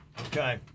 Okay